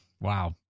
Wow